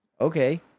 Okay